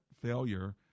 failure